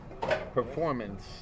performance